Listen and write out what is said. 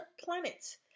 planets